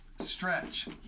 stretch